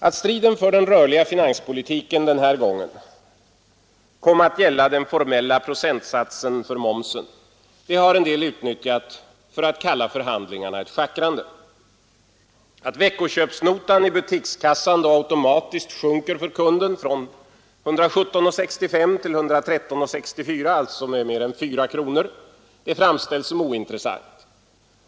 Att striden för den rörliga finanspolitiken den här gången kom att gälla den formella procentsatsen för momsen har en del utnyttjat för att kalla förhandlingarna ett schackrande. Att veckoköpsnotan i butikskassan automatiskt sjunker för kunden från 117:65 kronor till 113:64, alltså med mer än 4 kronor, framställs som ointressant.